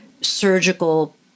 surgical